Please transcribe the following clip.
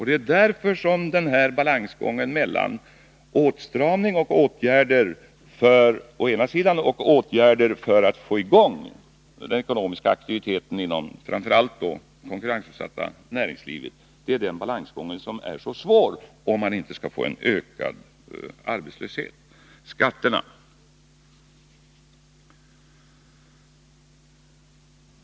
Det är balansgången mellan åtstramning å ena sidan och åtgärder för att få i gång den ekonomiska aktiviteten inom framför allt det konkurrensutsatta näringslivet å den andra som är så svår, om man inte vill riskera att få en ökad arbetslöshet. Så till frågan om skatterna.